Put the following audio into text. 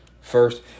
first